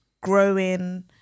growing